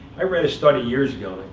i read a study years ago,